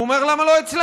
והוא אומר: למה לא אצלנו?